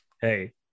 Hey